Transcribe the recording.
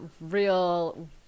real